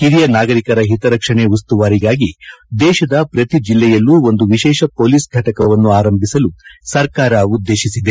ಹಿರಿಯ ನಾಗರಿಕರ ಹಿತರಕ್ಷಣೆ ಉಸ್ತುವಾರಿಗಾಗಿ ದೇಶದ ಪ್ರತಿ ಜಿಲ್ಲೆಯಲ್ಲೂ ಒಂದು ವಿಶೇಷ ಪೊಲೀಸ್ ಘಟಕವನ್ನು ಆರಂಭಿಸಲು ಸರ್ಕಾರ ಉದ್ದೇಶಿಸಿದೆ